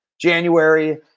January